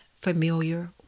familiar